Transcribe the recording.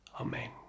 Amen